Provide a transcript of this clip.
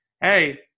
Hey